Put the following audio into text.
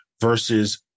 versus